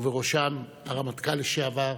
ובראשם הרמטכ"ל לשעבר,